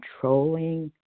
controlling